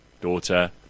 daughter